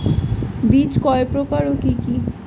বীজ কয় প্রকার ও কি কি?